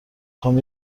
خوام